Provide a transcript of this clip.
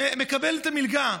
את המלגה.